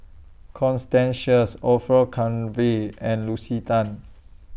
Constance Sheares Orfeur Cavenagh and Lucy Tan